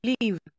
leave